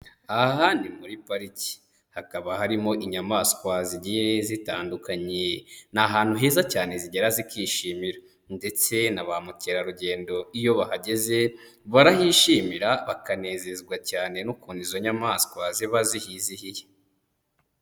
Aha ni muri pariki, hakaba harimo inyamaswa zigiye zitandukanye, ni ahantu heza cyane zigera zikishimira ndetse na ba mukerarugendo iyo bahageze barahishimira bakanezezwa cyane n'ukuntu izo nyamaswa ziba zihizihiye.